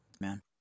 man